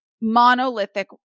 monolithic